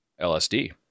LSD